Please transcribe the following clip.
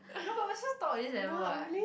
no but we're supposed to talk at this level what